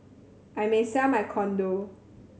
I may sell my condo